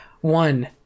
One